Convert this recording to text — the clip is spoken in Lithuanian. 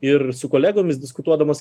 ir su kolegomis diskutuodamas